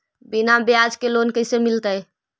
बिना ब्याज के लोन कैसे मिलतै?